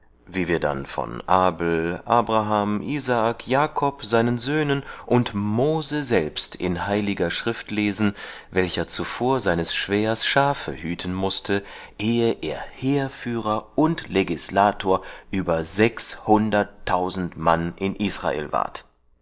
wie wir dann von abel abraham isaak jakob seinen söhnen und moyse selbst in h schrift lesen welcher zuvor seines schwähers schafe hüten mußte eh er heerführer und legislator über sechstausend mann in israel ward